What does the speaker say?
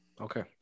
Okay